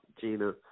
Gina